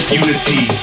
unity